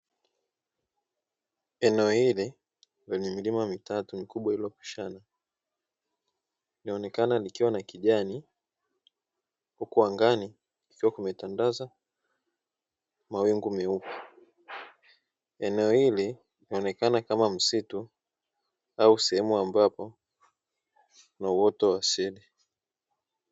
Eneo hili lina milima mikubwa mitatu iliyopishana, inaonekana likiwa la kijani, huku angani kukiwa kumetandaza mawingu meupe. Eneo hili linaonekana kama msitu, au sehemu ambapo kuna uoto wa asili.